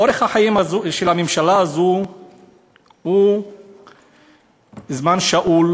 אורך החיים של הממשלה הזאת הוא זמן שאול,